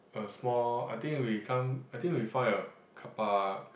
a small I think we come I think we find a carpark